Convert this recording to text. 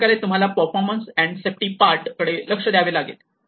अशा प्रकारे तुम्हाला परफॉर्मन्स अँड सेफ्टी पार्ट कडे लक्ष द्यावे लागेल